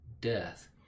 death